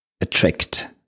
attract